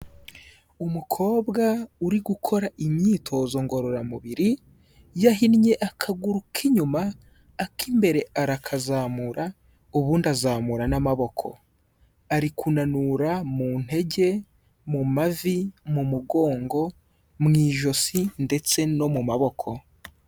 Umukobwa uri gukora imyitozo ngororamubiri, yahinnye akaguru k'inyuma, ak'imbere arakazamura, ubundi azamura n'amaboko. Ari kunanura mu ntege, mu mavi, mu mugongo, mu ijosi ndetse no mu maboko.